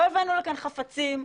לא הבאנו לכאן חפצים,